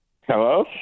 Hello